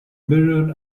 mirror